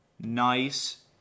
nice